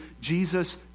Jesus